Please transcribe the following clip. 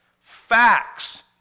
facts